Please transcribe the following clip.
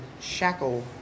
shackle